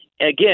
Again